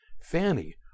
Fanny